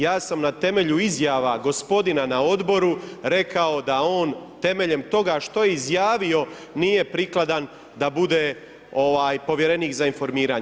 Ja sam na temelju izjava gospodina na odboru rekao da on temeljem toga što je izjavio, nije prikladan da bude povjerenik za informiranje.